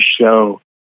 show